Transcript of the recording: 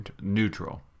Neutral